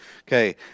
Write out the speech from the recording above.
Okay